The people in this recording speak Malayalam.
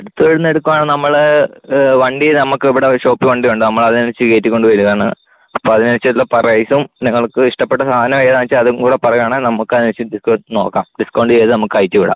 എടുത്ത് ഇവടുന്ന് എടുക്കുകയാണെങ്കിൽ നമ്മൾ വണ്ടി നമുക്കിവിടെ ഷോപ്പിൽ വണ്ടിയുണ്ട് നമ്മൾ അത് നിറച്ച് കയറ്റിക്കൊണ്ട് വരുവാണ് അപ്പോൾ അതിനനുസരിച്ചുള്ള റേറ്റും നിങ്ങൾക്ക് ഇഷ്ടപ്പെട്ട സാധനം ഏതാണെന്ന് വെച്ചാൽ അതും കൂടെ പറയുവാണെങ്കിൽ നമുക്കതിനനുസരിച്ച് ഡിസ്കൗണ്ട് നോക്കാം ഡിസ്കൗണ്ട് ചെയ്ത് നമ്മൾക്ക് അയച്ച് വിടാം